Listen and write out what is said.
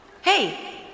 Hey